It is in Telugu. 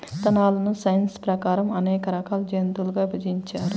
విత్తనాలను సైన్స్ ప్రకారం అనేక రకాల జాతులుగా విభజించారు